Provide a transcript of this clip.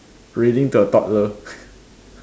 reading to a toddler